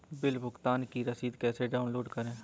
Bill भुगतान की रसीद कैसे डाउनलोड करें?